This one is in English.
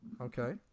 Okay